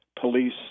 police